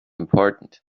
important